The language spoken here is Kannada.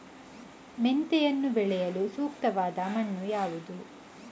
ಮೆಂತೆಯನ್ನು ಬೆಳೆಯಲು ಸೂಕ್ತವಾದ ಮಣ್ಣು ಯಾವುದು?